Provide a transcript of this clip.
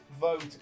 vote